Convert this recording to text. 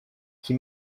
qui